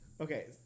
Okay